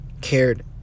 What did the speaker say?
cared